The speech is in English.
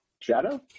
shadow